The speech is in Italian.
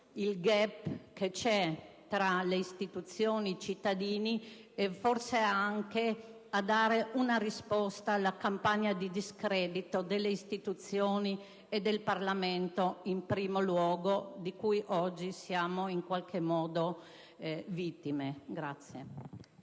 il *gap* esistente tra le istituzioni e i cittadini, e forse anche a dare una risposta alla campagna di discredito delle istituzioni, e del Parlamento in primo luogo, di cui oggi siamo in qualche modo vittime.